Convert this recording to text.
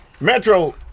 Metro